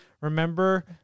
remember